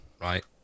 Right